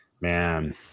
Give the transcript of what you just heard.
man